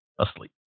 asleep